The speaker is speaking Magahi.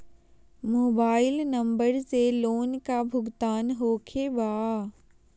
मोबाइल नंबर से लोन का भुगतान होखे बा?